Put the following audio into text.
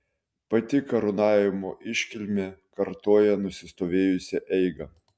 pati karūnavimo iškilmė kartoja nusistovėjusią eigą